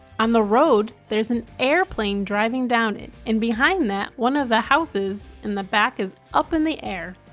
on the road there's an airplane driving down it and behind that, one of the houses in the back is up in the air.